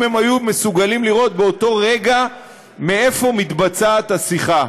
אם הם היו מסוגלים לראות באותו רגע מאיפה מבצעת השיחה,